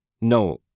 No